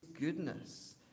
goodness